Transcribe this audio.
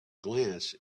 glance